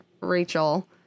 Rachel